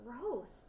gross